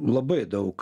labai daug